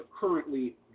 currently